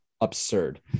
absurd